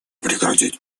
прекратить